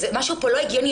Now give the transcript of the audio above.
משהו פה לא הגיוני.